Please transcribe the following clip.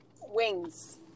Wings